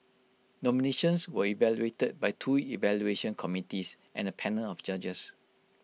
nominations were evaluated by two evaluation committees and A panel of judges